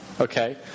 Okay